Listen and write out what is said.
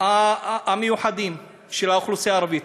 המיוחדים באוכלוסייה הערבית,